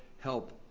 help